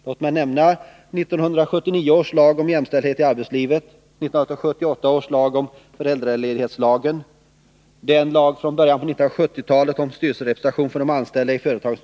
Låt mig nämna 1979 års lag om jämställdhet i arbetslivet, 1978 års föräldraledighetslag och lagen från början av 1970-talet om styrelserepresentation för de anställda i företagen.